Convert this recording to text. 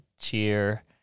cheer